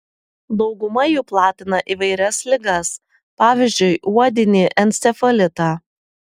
dauguma jų platina įvairias ligas pavyzdžiui uodinį encefalitą